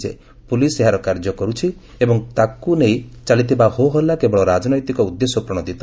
ରାମମାଧବ କହିଛନ୍ତି ଯେ ପୁଲିସ ଏହାର କାର୍ଯ୍ୟ କରୁଛି ଏବଂ ତାକୁ ନେଇ ଚାଲିଥିବା ହୋହାଲ୍ଲା କେବଳ ରାଜନୈତିକ ଉଦ୍ଦେଶ୍ୟ ପ୍ରଣୋଦିତ